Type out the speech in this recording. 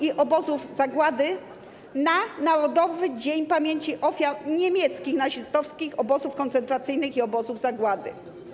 i Obozów Zagłady na Narodowy Dzień Pamięci Ofiar Niemieckich Nazistowskich Obozów Koncentracyjnych i Obozów Zagłady.